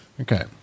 Okay